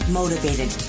motivated